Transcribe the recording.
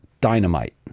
dynamite